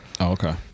okay